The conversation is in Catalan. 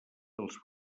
dels